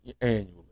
annually